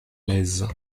lèze